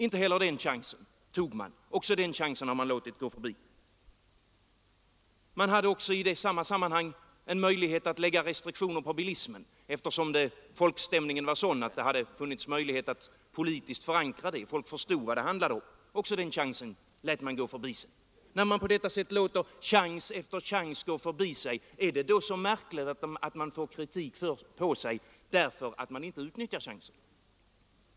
Inte heller den chansen tog man — också den chansen har man låtit gå sig förbi. Man hade i det sammanhanget också en möjlighet att lägga restriktioner på bilismen, eftersom folkstämningen var sådan att det hade funnits möjlighet att politiskt förankra ett sådant beslut — folk förstod vad det handlade om. Också den chansen lät man gå sig förbi. När man på detta sätt låter chans efter chans gå förbi sig, är det då så märkvärdigt att man får kritik för att man inte utnyttjar chanserna?